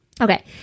Okay